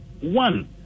one